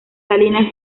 salinas